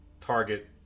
target